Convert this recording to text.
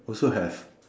also have